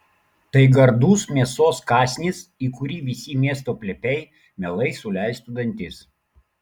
tai gardus mėsos kąsnis į kurį visi miesto plepiai mielai suleistų dantis